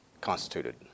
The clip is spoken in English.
constituted